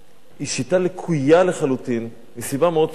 היא שיטה לקויה לחלוטין, מסיבה מאוד פשוטה.